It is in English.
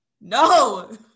No